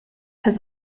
has